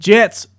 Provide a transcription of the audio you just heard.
Jets